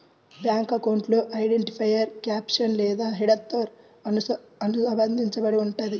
bank అకౌంట్లు identifier caption లేదా హెడర్తో అనుబంధించబడి ఉంటయ్యి